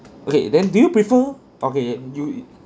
okay then do you prefer okay you